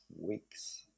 weeks